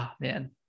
man